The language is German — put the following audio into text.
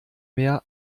mehr